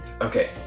Okay